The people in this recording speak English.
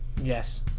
Yes